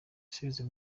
gisubizo